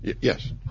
yes